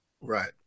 Right